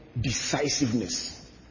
decisiveness